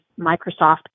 Microsoft